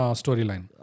storyline